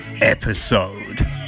episode